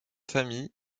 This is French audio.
famille